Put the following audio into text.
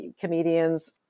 comedians